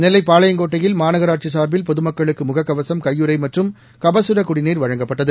நெல்லை பாளையங்கோட்டையில் மநாகராட்சி சாா்பில் பொதமக்களுக்கு முகக்கவசம் கையுறை மற்றும் கபகர குடிநீா வழங்கப்பட்டது